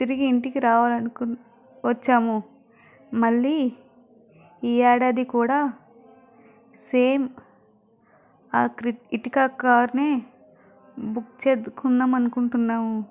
తిరిగి ఇంటికి రావాలనుకున్న వచ్చాము మళ్ళీ ఈ ఏడాది కూడా సేమ్ ఆ క్రిట్ ఎర్టిగా కార్ నే బుక్ చేసుకుందాం అనుకుంటున్నాము